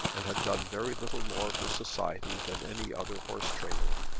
and had done very little more for society than any other horse-trainer!